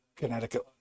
Connecticut